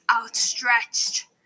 outstretched